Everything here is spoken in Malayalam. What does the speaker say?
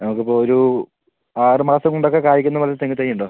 നമുക്ക് ഇപ്പോൾ ഒരു ആറ് മാസം കൊണ്ടൊക്കെ കായ്ക്കുന്ന വല്ല തെങ്ങ് തൈ ഉണ്ടോ